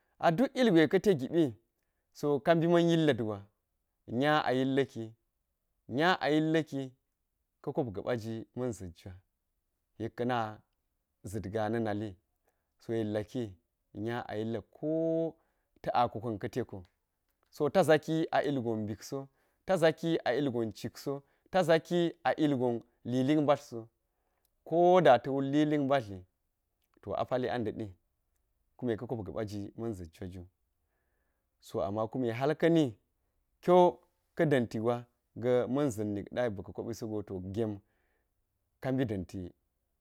A duk ilgwe ka̱ te gibi so ka mbi ma̱n yilla̱t gwa yulya a yilla̱k, nya a yilla̱ki ka̱ kopt ga̱ɓa ga̱ zit jwa yek ka̱na zit ga na̱ nali so, yek laki nya a yilla̱k ko ta̱ ako ka̱n ka̱ teko so ta zaki a ilgon mbikso, ta zaki a ilgon cikso ta zaki a ilgon lilik mbatlso ko da ta̱ wul lilik mbatli to a pali a nda̱ɗi kume ka̱ kop ga̱ɓa ji ma̱n zit jwa ju, so ama kume hal ka̱ni kiwo ka̱ da̱nti gwa ga̱ man zit nik ɗa yek ba̱ka̱ koɓi sogo gem ka mbi da̱nti